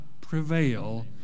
prevail